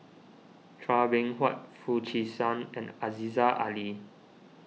Chua Beng Huat Foo Chee San and Aziza Ali